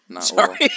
Sorry